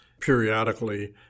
periodically